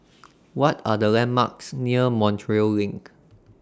What Are The landmarks near Montreal LINK